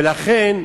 ולכן,